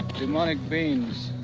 demonic beings.